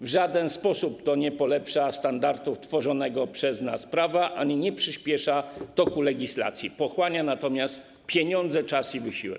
W żaden sposób to nie poprawia standardów tworzonego przez nas prawa ani nie przyspiesza toku legislacji, pochłania natomiast pieniądze, czas i wysiłek.